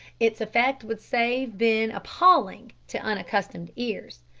its effect would save been appalling to unaccustomed ears.